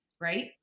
right